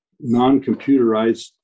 non-computerized